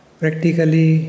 practically